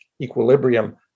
equilibrium